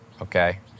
Okay